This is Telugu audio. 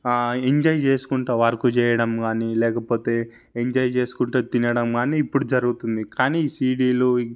ఎంజాయ్ చేసుకుంటా వర్క్ చేయడము కాని లేకపోతే ఎంజాయ్ చేసుకుంటూ తినడం కానీ ఇప్పుడు జరుగుతుంది కానీ ఈ సీడీలు